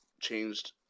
changed